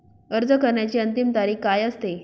अर्ज करण्याची अंतिम तारीख काय असते?